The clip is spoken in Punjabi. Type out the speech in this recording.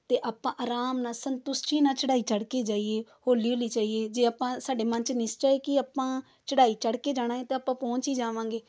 ਅਤੇ ਆਪਾਂ ਆਰਾਮ ਨਾਲ ਸੰਤੁਸ਼ਟੀ ਨਾਲ ਚੜ੍ਹਾਈ ਚੜ੍ਹ ਕੇ ਜਾਈਏ ਹੌਲੀ ਹੌਲੀ ਜਾਈਏ ਜੇ ਆਪਾਂ ਸਾਡੇ ਮਨ 'ਚ ਨਿਸ਼ਚਾ ਏ ਕਿ ਆਪਾਂ ਚੜ੍ਹਾਈ ਚੜ੍ਹ ਕੇ ਜਾਣਾ ਏ ਤਾਂ ਆਪਾਂ ਪਹੁੰਚ ਹੀ ਜਾਵਾਂਗੇ